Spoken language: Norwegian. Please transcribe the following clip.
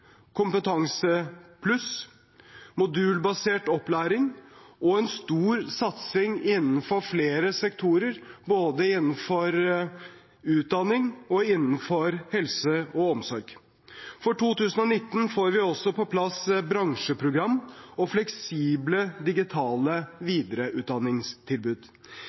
Kompetansepluss, modulbasert opplæring og en stor satsing innen flere sektorer, både innenfor utdanning og innenfor helse og omsorg. For 2019 får vi også på plass bransjeprogram og fleksible digitale videreutdanningstilbud.